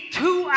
two